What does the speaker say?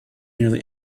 nearly